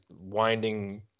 winding